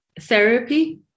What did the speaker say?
therapy